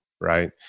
right